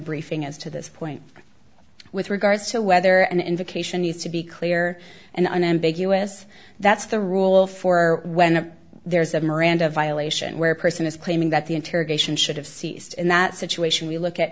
briefing as to this point with regards to whether an invocation needs to be clear and unambiguous that's the rule for whenever there's a miranda violation where a person is claiming that the interrogation should have ceased in that situation we look at